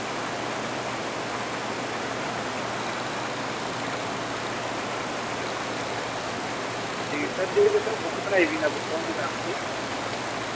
जी sir जेह्ड़ी तुसैं ओ बुक सनाई वीणा गुप्ता हुंदी मैम हुंदी